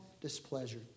displeasure